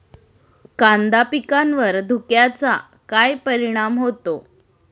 कांदा पिकावर धुक्याचा काय परिणाम होतो?